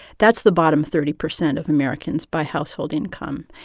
that's the bottom thirty percent of americans by household income.